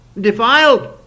Defiled